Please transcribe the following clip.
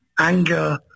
anger